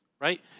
Right